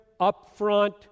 upfront